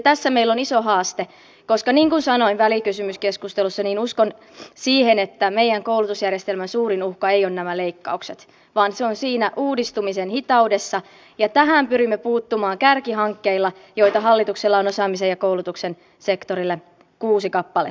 tässä meillä on iso haaste koska niin kuin sanoin välikysymyskeskustelussa uskon siihen että meidän koulutusjärjestelmämme suurin uhka ei ole nämä leikkaukset vaan se on siinä uudistumisen hitaudessa ja tähän pyrimme puuttumaan kärkihankkeilla joita hallituksella on osaamisen ja koulutuksen sektorille kuusi kappaletta